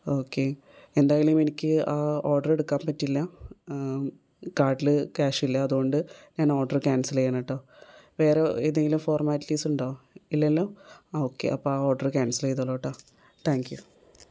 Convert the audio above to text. okay എന്തായാലും എനിക്ക് ആ ഓർഡർ എടുക്കാൻ പറ്റില്ല കാർഡിൽ ക്യാഷ് ഇല്ല അതുകൊണ്ട് ഞാൻ ഓർഡർ ക്യാൻസൽ ചെയ്യുകയാണ് കേട്ടോ വേറെ ഏതെങ്കിലും ഫോർമാലിറ്റീസ് ഉണ്ടോ ഇല്ലല്ലോ ആ ഓക്കേ അപ്പോൾ ആ ഓർഡർ ക്യാൻസൽ ചെയ്തോളൂ കേട്ടോ താങ്ക് യു